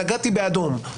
נגעתי באדום,